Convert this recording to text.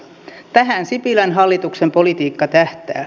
tähän sipilän hallituksen politiikka tähtää